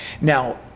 Now